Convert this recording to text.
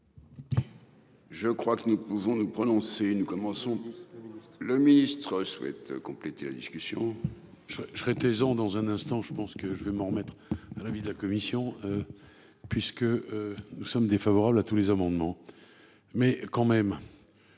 Je crois que nous pouvons nous prononcer nous commençons. Le ministre souhaite compléter la discussion. Je serai, je serai taisant dans un instant, je pense que je vais me remettre à l'avis de la commission. Puisque. Nous sommes défavorables à tous les amendements. Mais quand même.